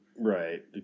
Right